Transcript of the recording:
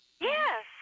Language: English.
Yes